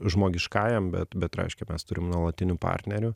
žmogiškajam bet bet reiškia mes turim nuolatinių partnerių